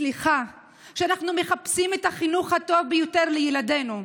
סליחה שאנחנו מחפשים את החינוך הטוב ביותר לילדנו,